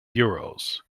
euros